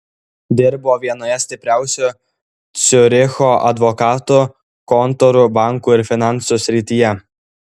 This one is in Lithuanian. dirbo vienoje stipriausių ciuricho advokatų kontorų bankų ir finansų srityje